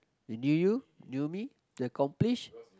they knew you knew me they accomplish